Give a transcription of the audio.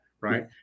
Right